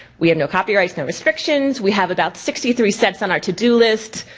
we have no copyrights, no restrictions, we have about sixty three sets on our to-do list.